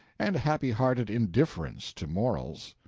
and happy-hearted indifference to morals.